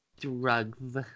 Drugs